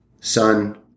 Son